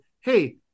hey